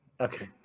Okay